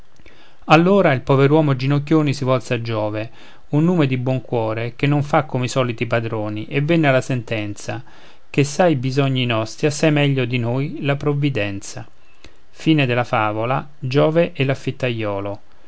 allora il pover'uomo ginocchioni si volse a giove un nume di buon cuore che non fa come i soliti padroni e venne alla sentenza che sa i bisogni nostri assai meglio di noi la provvidenza